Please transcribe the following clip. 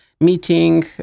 meeting